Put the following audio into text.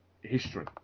history